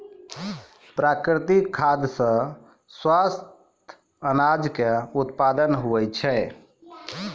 प्राकृतिक खाद सॅ स्वस्थ अनाज के उत्पादन होय छै